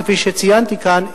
כפי שציינתי כאן,